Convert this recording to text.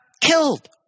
killed